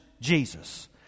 Jesus